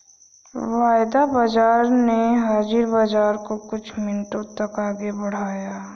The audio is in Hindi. वायदा बाजार ने हाजिर बाजार को कुछ मिनटों तक आगे बढ़ाया